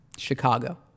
Chicago